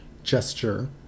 gesture